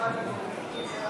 לוועדה שתקבע